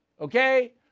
Okay